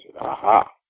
aha